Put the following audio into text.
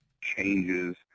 changes